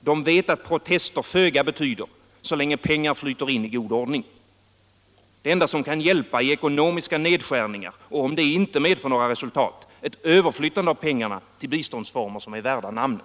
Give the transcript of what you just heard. De vet att protester föga betyder så länge pengar flyter in i god ordning. Det enda som kan hjälpa är ekonomiska nedskärningar och, om det inte medför några resultat, ett överflyttande av pengarna till biståndsformer som är värda namnet.